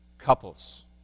couples